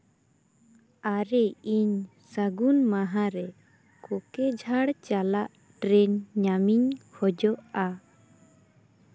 ᱟᱨᱮ ᱤᱧ ᱥᱟᱹᱜᱩᱱ ᱢᱟᱦᱟᱨᱮ ᱠᱳᱠᱲᱟᱡᱷᱟᱲ ᱪᱟᱞᱟᱜ ᱴᱨᱮᱱ ᱧᱟᱢᱤᱧ ᱠᱷᱚᱡᱚᱜᱼᱟ